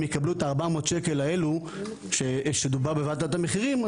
יקבלו את 400 ש"ח האלו שדובר בוועדת המחירים,